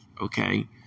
okay